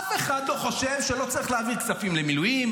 אף אחד לא חושב שלא צריך להעביר כספים למילואים,